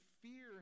fear